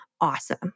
Awesome